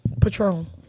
Patron